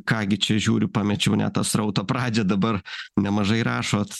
ką gi čia žiūriu pamečiau ne tą srauto pradžią dabar nemažai rašot